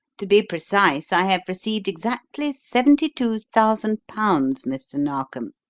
to be precise, i have received exactly seventy-two thousand pounds, mr. narkom.